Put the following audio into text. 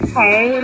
hey